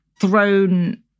thrown